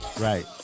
Right